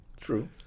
True